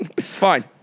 Fine